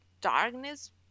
darkness